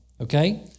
Okay